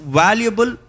valuable